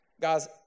Guys